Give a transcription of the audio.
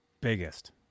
biggest